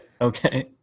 Okay